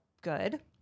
good